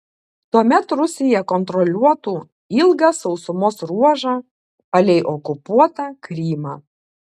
tuomet rusija kontroliuotų ilgą sausumos ruožą palei okupuotą krymą